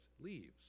leaves